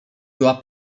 była